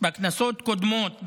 בכנסות קודמות,